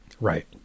Right